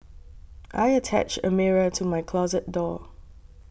I attached a mirror to my closet door